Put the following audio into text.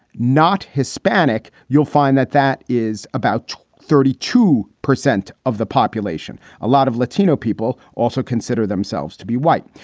not hispanic, you'll find that that is about thirty two percent of the population. a lot of latino people also consider themselves to be white.